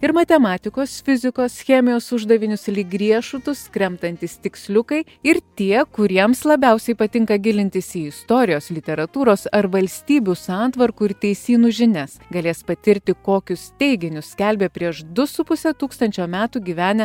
ir matematikos fizikos chemijos uždavinius lyg riešutus kremtantys tiksliukai ir tie kuriems labiausiai patinka gilintis į istorijos literatūros ar valstybių santvarkų ir teisynų žinias galės patirti kokius teiginius skelbė prieš du su puse tūkstančio metų gyvenę